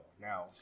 Now